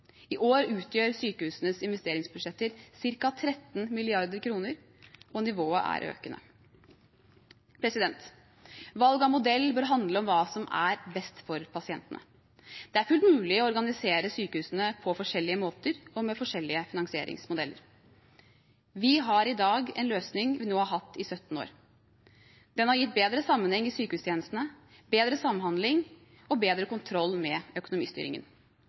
I år utgjør sykehusenes investeringsbudsjetter ca. 13 mrd. kr, og nivået er økende. Valg av modell bør handle om hva som er best for pasientene. Det er fullt mulig å organisere sykehusene på forskjellige måter og med forskjellige finansieringsmodeller. Vi har i dag en løsning vi har hatt i 17 år. Den har gitt bedre sammenheng i sykehustjenestene, bedre samhandling og bedre kontroll med økonomistyringen.